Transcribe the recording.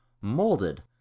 molded